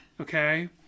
Okay